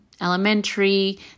elementary